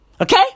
okay